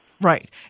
Right